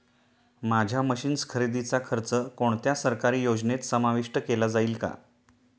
माझ्या मशीन्स खरेदीचा खर्च कोणत्या सरकारी योजनेत समाविष्ट केला जाईल का?